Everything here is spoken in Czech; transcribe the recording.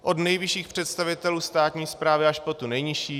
Od nejvyšších představitelů státní správy až po tu nejnižší.